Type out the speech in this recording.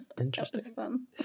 Interesting